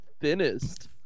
thinnest